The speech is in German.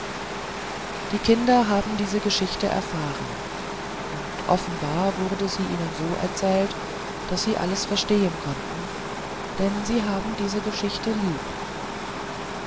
die kinder haben diese geschichte erfahren und offenbar wurde sie ihnen so erzählt daß sie alles verstehen konnten denn sie haben diese geschichte lieb